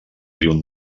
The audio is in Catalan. riu